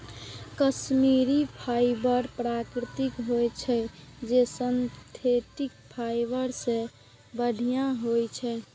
Kashmiri fibre प्राकृतिक होइ छै, जे सिंथेटिक फाइबर सं बढ़िया होइ छै